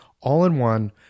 all-in-one